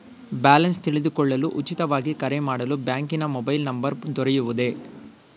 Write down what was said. Balance ತಿಳಿದುಕೊಳ್ಳಲು ಉಚಿತವಾಗಿ ಕರೆ ಮಾಡಲು ಬ್ಯಾಂಕಿನ ಮೊಬೈಲ್ ನಂಬರ್ ದೊರೆಯುವುದೇ?